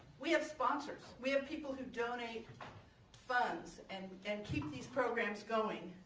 we have sponsors, we have people who donate funds and and keep these programs going.